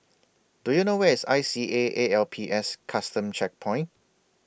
Do YOU know Where IS I C A A L P S Custom Checkpoint